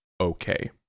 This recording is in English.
okay